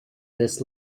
this